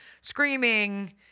screaming